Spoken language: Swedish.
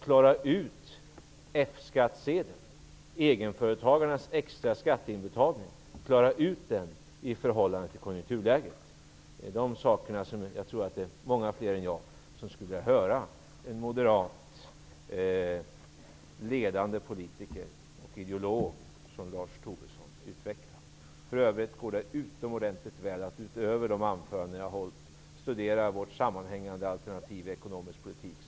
Klara ut F-skattesedeln -- egenföretagarnas extra skatteinbetalning -- i förhållande till konjunkturläget! Det är dessa frågor som jag tror att många fler än jag skulle vilja höra en ledande moderat politiker och ideolog som Lars Tobisson utveckla. För övrigt går det utomordentligt väl att, utöver de anföranden som jag har hållit, studera vårt sammanhängande alternativ när det gäller ekonomisk politik.